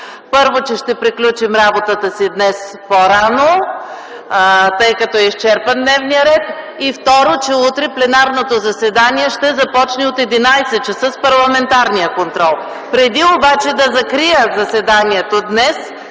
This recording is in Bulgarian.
Първо, че ще приключим работата си днес по-рано поради изчерпване на дневния ред. Второ, че утре пленарното заседание ще започне от 11,00 ч. с Парламентарен контрол. Преди обаче да закрия заседанието днес,